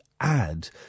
add